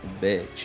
bitch